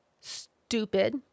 stupid